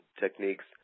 techniques